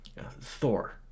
Thor